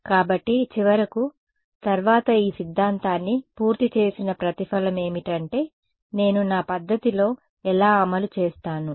కాబట్టి చివరకు తర్వాత ఈ సిద్ధాంతాన్ని పూర్తి చేసిన ప్రతిఫలం ఏమిటంటే నేను నా పద్ధతిలో ఎలా అమలు చేస్తాను